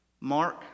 Mark